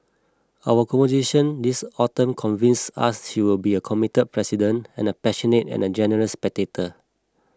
our conversation this autumn convince us she will be a committed president and a passionate and generous spectator